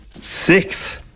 six